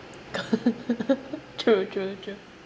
true true true